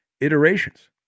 iterations